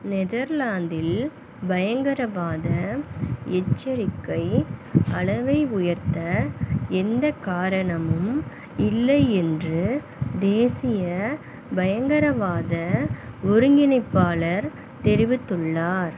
நெதர்லாந்தில் பயங்கரவாத எச்சரிக்கை அளவை உயர்த்த எந்த காரணமும் இல்லை என்று தேசிய பயங்கரவாத ஒருங்கிணைப்பாளர் தெரிவித்துள்ளார்